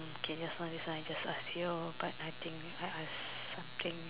okay just now this one I just ask you but I think if I ask something